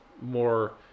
more